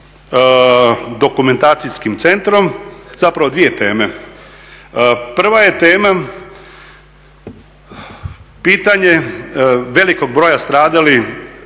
dokumentacijskim centrom, zapravo dvije teme. Prva je tema pitanje velikog broja stradalih